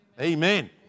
Amen